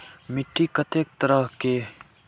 मिट्टी कतेक तरह के?